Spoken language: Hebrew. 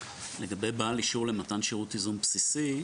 לגבי בעל אישור למתן שירות ייזום בסיסי,